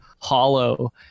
hollow